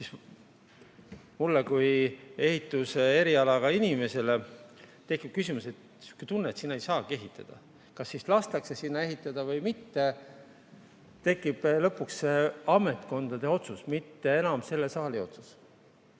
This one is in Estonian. siis mul kui ehituserialaga inimesel tekib tunne, et seal ei saagi ehitada. Ja kas siis lastakse sinna ehitada või mitte, see on lõpuks ametkondade otsus, mitte enam selle saali otsus.